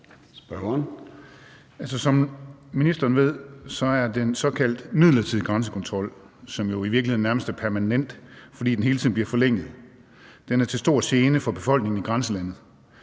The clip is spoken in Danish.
Som ministeren ved, er den såkaldt midlertidige grænsekontrol, som jo i virkeligheden nærmest er permanent, fordi den hele tiden bliver forlænget, til stor gene for befolkningen i grænselandet.